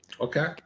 Okay